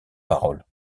parole